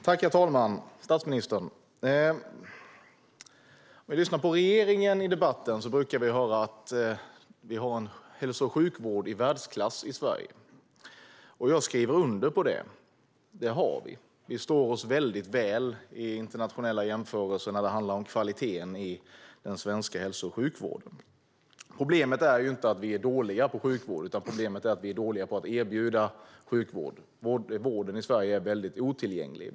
Herr talman! Statsministern! Om vi lyssnar på regeringen i debatten brukar vi höra att vi har en hälso och sjukvård i världsklass i Sverige. Jag skriver under på det. Det har vi. Vi står oss väldigt väl i internationella jämförelser när det handlar om kvaliteten i den svenska hälso och sjukvården. Problemet är ju inte att vi är dåliga på sjukvård, utan att vi är dåliga på att erbjuda sjukvård. Vården i Sverige är väldigt otillgänglig.